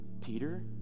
Peter